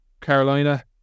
Carolina